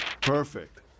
Perfect